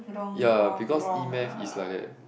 ya because e-math is like that